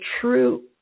true